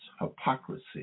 hypocrisy